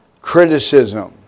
criticism